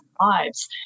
lives